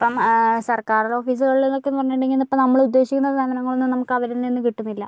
ഇപ്പോൾ സർക്കാർ ഓഫീസുകളിലൊക്കെയെന്ന് പറഞ്ഞിട്ടുണ്ടെങ്കിൽ ഇപ്പോൾ നമ്മൾ ഉദ്ദേശിക്കുന്ന സേവനങ്ങളൊന്നും നമുക്ക് അവരിൽ നിന്ന് കിട്ടുന്നില്ല